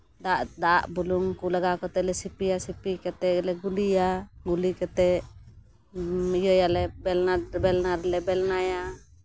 ᱫᱟᱜ ᱫᱟᱜ ᱵᱩᱞᱩᱝ ᱠᱚ ᱞᱟᱜᱟᱣ ᱠᱟᱛᱮᱫ ᱞᱮ ᱥᱤᱯᱤᱭᱟ ᱥᱤᱯᱤ ᱠᱟᱛᱮᱫ ᱞᱮ ᱜᱩᱞᱤᱭᱟ ᱜᱩᱞᱤ ᱠᱟᱛᱮᱫ ᱤᱭᱟᱹ ᱭᱟᱞᱮ ᱵᱮᱞᱱᱟ ᱨᱮᱞᱮ ᱵᱮᱞᱱᱟᱭᱟ